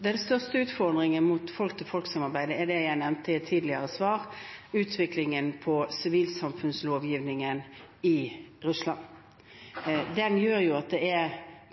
Den største utfordringen mot folk-til-folk-samarbeidet er det jeg nevnte i et tidligere svar, utviklingen innen sivilsamfunnslovgivningen i Russland. Den gjør at det